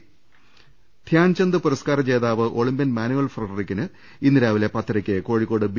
ദർവ്വെടു ധ്യാൻചന്ദ് പുരസ്കാര ജേതാവ് Olympian Manuel ഫ്രെഡറിക്കിന് ഇന്ന് രാവിലെ പത്തരക്ക് കോഴിക്കോട് ബി